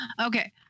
okay